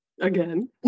again